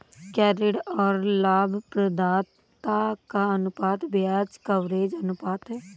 क्या ऋण और लाभप्रदाता का अनुपात ब्याज कवरेज अनुपात है?